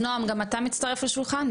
אז נעם, גם אתה מצטרף לשולחן?